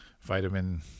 vitamin